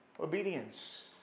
obedience